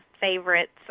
favorites